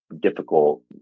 difficult